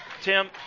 Tim